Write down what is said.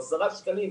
או עשרה שקלים,